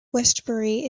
westbury